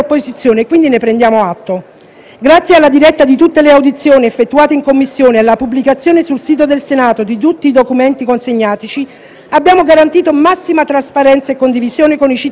Grazie alla diretta di tutte le audizioni effettuate in Commissione e alla pubblicazione sul sito del Senato di tutti i documenti consegnatici, abbiamo garantito massima trasparenza e condivisione con i cittadini, che hanno potuto seguire i lavori.